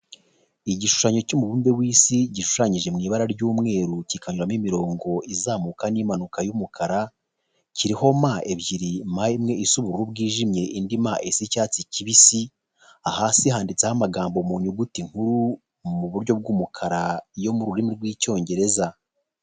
Igishushanyo cy'umubumbe w'Isi gishushanyije mu ibara ry'umweru, kikanyuramo imirongo izamuka n'impanuka y'umukara, kiriho ma ebyiri ma imwe isa uburu bwijimye indi ma isa icyatsi kibisi, hasi handitseho amagambo mu nyuguti nkuru mu buryo bw'umukara yo mu rurimi rw'Icyongereza.